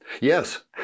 Yes